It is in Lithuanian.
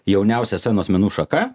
jauniausia scenos menų šaka